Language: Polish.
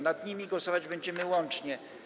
Nad nimi głosować będziemy łącznie.